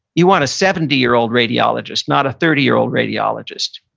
you want a seventy year old radiologist, not a thirty year old radiologist.